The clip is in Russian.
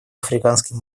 африканской